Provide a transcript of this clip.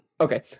Okay